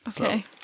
Okay